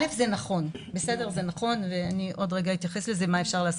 א', זה נכון, ואני עוד רגע אתייחס מה אפשר לעשות,